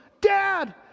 Dad